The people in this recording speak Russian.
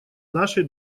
нашей